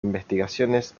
investigaciones